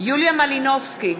יוליה מלינובסקי,